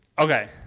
Okay